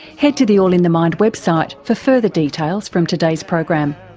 head to the all in the mind website for further details from today's program.